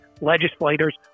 legislators